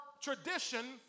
tradition